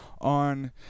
on